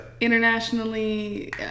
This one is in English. Internationally